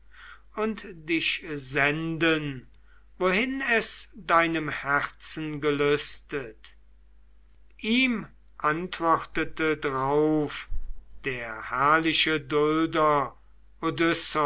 und dich senden wohin es deinem herzen gelüstet ihm antwortete drauf der herrliche dulder